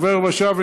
עובר-ושב,